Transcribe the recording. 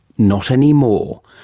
not anymore.